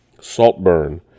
Saltburn